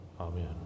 amen